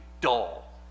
dull